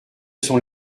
sont